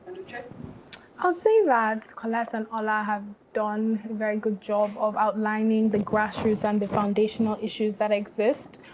uche? uche pedro i'll say that colette and ola have done a very good job of outlining the grassroots and the foundational issues that exist.